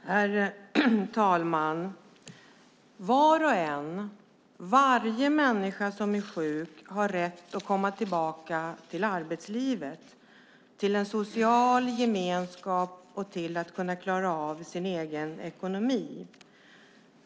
Herr talman! Var och en, varje människa som är sjuk, har rätt att komma tillbaka till arbetslivet, till en social gemenskap och till att kunna klara av sin egen ekonomi.